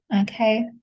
okay